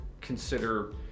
consider